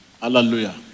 Hallelujah